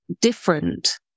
different